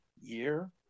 year